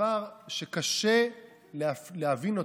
דבר שקשה להבין אותו.